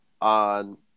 on